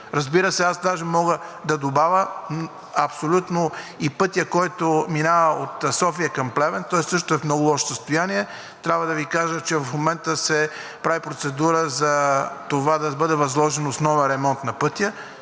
Разбира се, даже мога да добавя, абсолютно и пътя, който минава от София към Плевен, той също е в много лошо състояние. Трябва да Ви кажа, че в момента се прави процедура за това да бъде възложен основен ремонт на пътя,